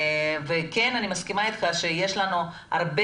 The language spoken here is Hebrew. כן אני מסכימה איתך שיש לנו הרבה